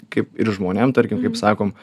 kaip ir žmonėm tarkim kaip sakom